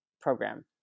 program